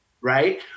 right